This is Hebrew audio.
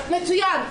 מצוין.